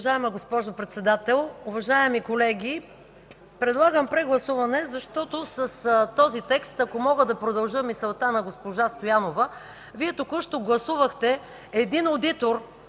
Уважаема госпожо Председател, уважаеми колеги, предлагам прегласуване, защото с този текст, ако мога да продължа мисълта на госпожа Стоянова, Вие току-що гласувахте един външен